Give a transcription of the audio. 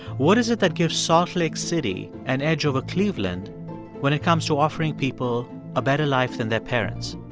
what is it that gives salt lake city an edge over cleveland when it comes to offering people a better life than their parents?